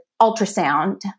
ultrasound